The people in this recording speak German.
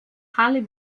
halle